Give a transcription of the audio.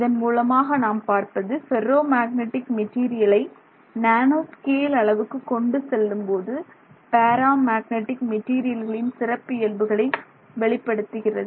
இதன் மூலமாக நாம் பார்ப்பது ஃபெர்ரோ மேக்னடிக் மெட்டீரியலை நானோ ஸ்கேல் அளவுக்கு கொண்டு செல்லும்போது பேரா மேக்னெட்டிக் மெட்டீரியல்களின் சிறப்பியல்புகளை வெளிப்படுத்துகிறது